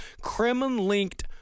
Kremlin-linked